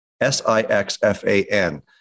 S-I-X-F-A-N